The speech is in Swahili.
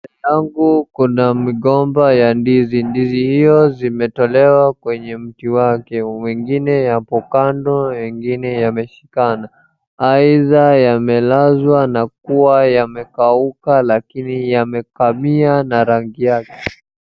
Kuna migomba ya ndizi. Ndizi hiyo zimetolewa kwenye mti wake. Mengine yako kando mengine yameshikana. Aidha yamelazwa na kuwa yamekauka laikini yamekamia na rangi yake.